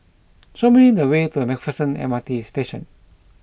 show me the way to MacPherson M R T Station